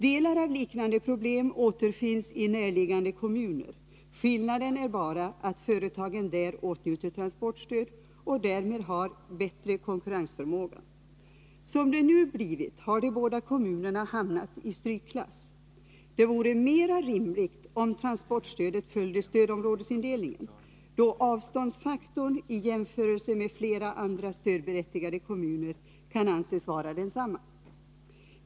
Delar av liknande problem återfinns i närliggande kommuner. Skillnaden är bara att företagen där åtnjuter transportstöd och därmed har bättre konkurrensförmåga. Som det nu blivit har de båda kommunerna hamnat i strykklass. Det vore mera rimligt om transportstödet följde stödområdesindelningen, då avståndsfaktorn i jämförelse med flera andra stödberättigade kommuner kan anses vara densamma.